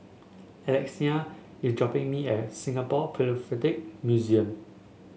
Alexina is dropping me at Singapore Philatelic Museum